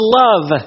love